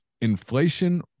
inflation